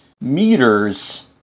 meters